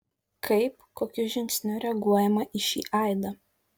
kaip kokiu žingsniu reaguojama į šį aidą